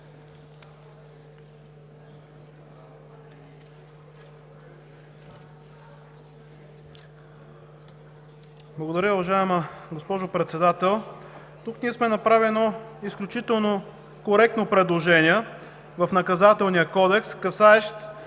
Благодаря Ви, уважаема госпожо Председател. Тук сме направили изключително коректно предложение – в Наказателния кодекс, касаещо